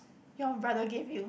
your brother give you